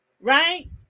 right